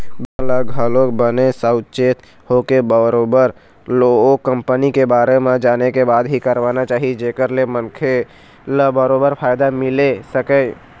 बीमा ल घलोक बने साउचेत होके बरोबर ओ कंपनी के बारे म जाने के बाद ही करवाना चाही जेखर ले मनखे ल बरोबर फायदा मिले सकय